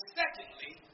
secondly